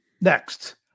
Next